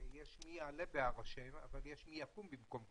ויש 'מי יעלה בהר השם' אבל יש 'מי יקום במקום קודשו'.